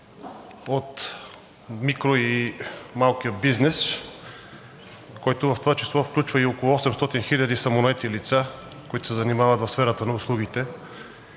от микро- и малкия бизнес, който в това число включва и около 800 хиляди самонаети лица, които се занимават в сферата на услугите.